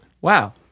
Wow